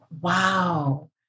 Wow